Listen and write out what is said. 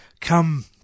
come